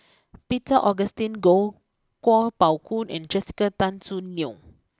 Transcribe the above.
Peter Augustine Goh Kuo Pao Kun and Jessica Tan Soon Neo